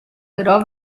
però